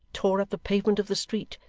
tore up the pavement of the street,